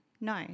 No